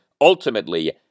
ultimately